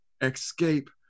escape